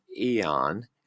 Eon